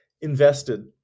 invested